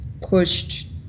pushed